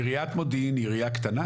עיריית מודיעין היא עירייה קטנה?